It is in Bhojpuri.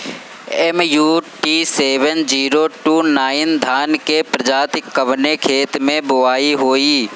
MUT seven zero two nine धान के प्रजाति कवने खेत मै बोआई होई?